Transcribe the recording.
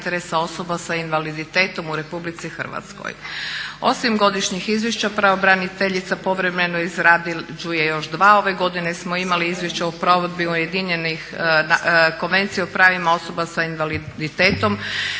imali Izvješće o provedbi Konvencije o pravima osoba sa invaliditetom